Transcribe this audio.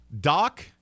doc